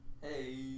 Hey